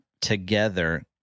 together